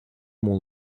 more